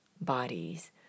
bodies